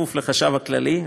לחשב הכללי.